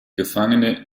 gefangene